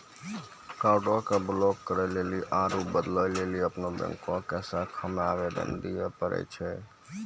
कार्डो के ब्लाक करे लेली आरु बदलै लेली अपनो बैंको के शाखा मे आवेदन दिये पड़ै छै